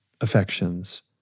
affections